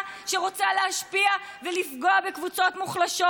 שרוצה להשפיע ולפגוע בקבוצות מוחלשות,